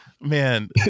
Man